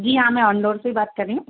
जी हाँ मैं on door से ही बात कर रही हूँ